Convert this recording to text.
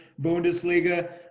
Bundesliga